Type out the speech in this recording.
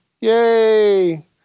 Yay